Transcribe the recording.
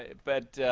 but